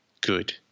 Good